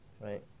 right